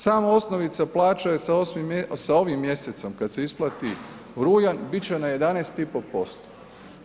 Samo osnovica plaće sa ovim mjesecom kad se isplati rujan, bit će na 11,5%